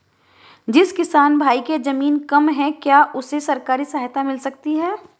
जिस किसान भाई के ज़मीन कम है क्या उसे सरकारी सहायता मिल सकती है?